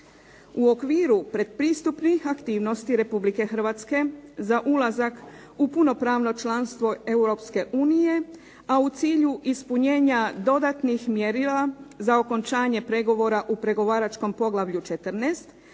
U okviru predpristupnih aktivnosti Republike Hrvatske za ulazak u punopravno članstvo Europske unije a u cilju ispunjenja dodatnih mjerila za okončanje pregovora u pregovaračkom poglavlju 14.